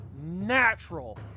natural